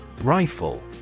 Rifle